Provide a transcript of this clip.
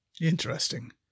Interesting